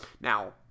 Now